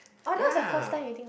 ya